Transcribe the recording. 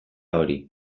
hori